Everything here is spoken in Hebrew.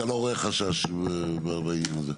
אתה לא רואה חשש באיום הזה?